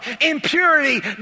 Impurity